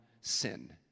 sin